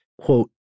quote